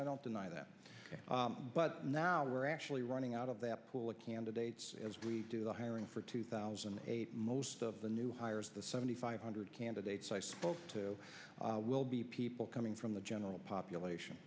i don't deny that but now we're actually running out of the pool of candidates as we do the hiring for two thousand and eight most of the new hires the seventy five hundred candidates i spoke to will be people coming from the general population